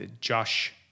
Josh